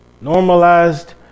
Normalized